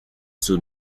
soon